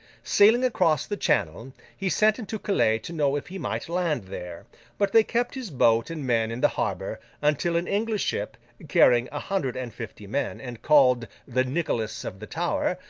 sailing across the channel, he sent into calais to know if he might land there but, they kept his boat and men in the harbour, until an english ship, carrying a hundred and fifty men and called the nicholas of the tower,